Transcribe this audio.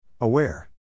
Aware